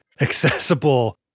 accessible